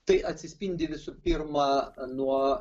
tai atsispindi visų pirma nuo